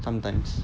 sometimes